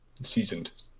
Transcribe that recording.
seasoned